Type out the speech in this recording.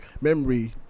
memory